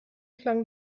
klang